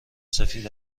سفید